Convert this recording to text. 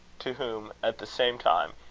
to whom, at the same time,